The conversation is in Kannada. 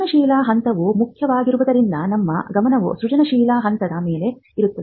ಸೃಜನಶೀಲ ಹಂತವು ಮುಖ್ಯವಾಗಿರುವುದರಿಂದ ನಮ್ಮ ಗಮನವು ಸೃಜನಶೀಲ ಹಂತದ ಮೇಲೆ ಇರುತ್ತದೆ